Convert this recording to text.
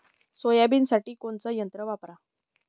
सोयाबीनसाठी कोनचं यंत्र वापरा?